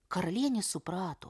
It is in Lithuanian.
karalienė suprato